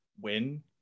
win